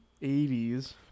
80s